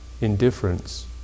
indifference